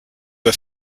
vas